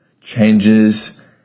changes